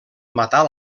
matar